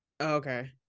okay